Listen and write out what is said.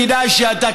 כדאי שאתה,